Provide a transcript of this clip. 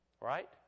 Right